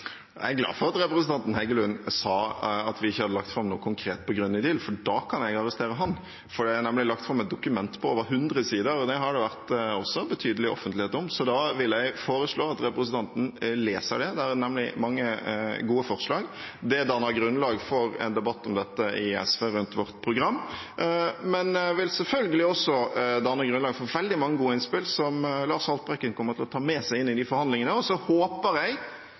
Jeg er glad for at representanten Heggelund sa at vi ikke har lagt fram noe konkret på Grønn ny deal, for da kan jeg arrestere ham. Det er nemlig lagt fram et dokument på over 100 sider, og det har det også vært betydelig offentlighet om. Jeg vil foreslå at representanten leser det. Der er det nemlig mange gode forslag. Det danner grunnlag for en debatt om dette i SV rundt vårt program, men vil selvfølgelig også danne grunnlag for veldig mange gode innspill som Lars Haltbrekken kommer til å ta med seg inn i de forhandlingene. Så håper jeg